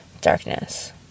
darkness